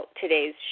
today's